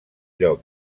lloc